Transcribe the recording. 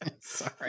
Sorry